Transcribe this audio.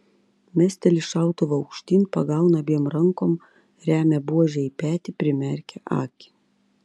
mesteli šautuvą aukštyn pagauna abiem rankom remia buožę į petį primerkia akį